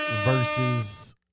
versus